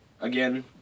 again